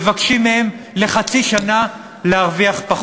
מבקשים מהם חצי שנה להרוויח פחות.